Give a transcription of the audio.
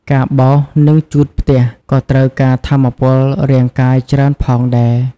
ការបោស និងជូតផ្ទះក៏ត្រូវការថាមពលរាងកាយច្រើនផងដែរ។